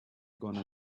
gonna